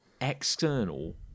external